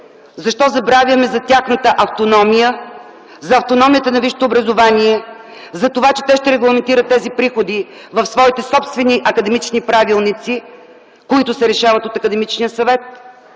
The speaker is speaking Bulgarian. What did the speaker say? защо забравяме за тяхната автономия, за автономията на висшето образование, за това, че те ще регламентират тези приходи в своите собствени академични правилници, които се решават от Академичния съвет?